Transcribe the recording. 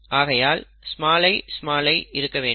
ஆகையால் i i இருக்க வேண்டும்